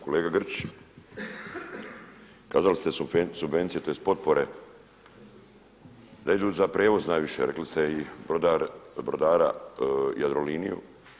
Kolega Grčić, kazali ste subvencije, tj. potpore da idu za prijevoz najviše, rekli ste i brodara Jadroliniju.